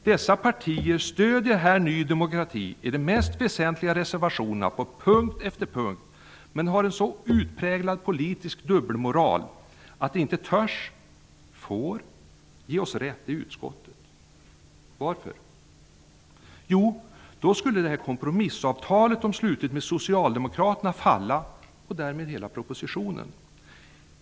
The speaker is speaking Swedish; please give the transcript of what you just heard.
Dessa partier stöder Ny demokrati på punkt efter punkt i de mest väsentliga reservationerna, men har en så utpräglad politisk dubbelmoral att de inte törs eller får ge oss rätt i utskottet. Varför? Jo, därför att det kompromissavtal som de slutit med Socialdemokraterna då skulle falla -- och därmed hela propositionen.